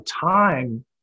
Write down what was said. time